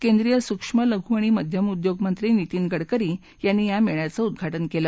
केंद्रीय सुक्ष्म लघु आणि मध्यम उदयोग मंत्री नितीन गडकरी यांनी या मेळ्याचं उद्घाटनं केलं